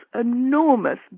enormous